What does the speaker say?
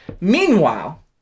Meanwhile